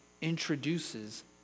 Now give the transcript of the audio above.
introduces